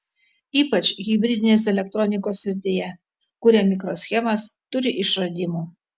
ypač hibridinės elektronikos srityje kuria mikroschemas turi išradimų